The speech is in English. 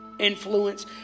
Influence